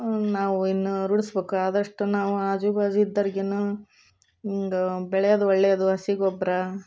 ನಾವು ಇನ್ನೂ ರೂಢಿಸಬೇಕು ಆದಷ್ಟು ನಾವು ಆಜುಬಾಜು ಇದ್ದವ್ರ್ಗೆನೂ ಒಂದು ಬೆಳೆಯೋದು ಒಳ್ಳೆಯದು ಹಸಿ ಗೊಬ್ಬರ